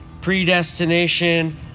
Predestination